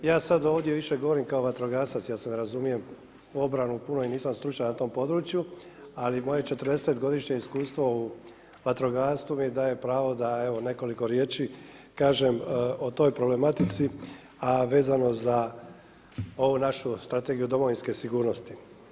Ja sada ovdje više govorim kao vatrogasac, ja se ne razumijem u obranu puno i nisam stručan na tom područje, ali moje 40 godišnje iskustvo u vatrogastvu mi daje pravo da evo nekoliko riječi kažem o toj problematici, a vezano za ovu našu Strategiju domovinske sigurnosti.